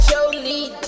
Jolie